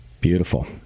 Beautiful